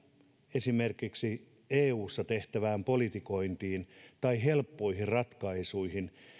esimerkiksi eussa tehtävään politikointiin tai helppoihin ratkaisuihin